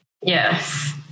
Yes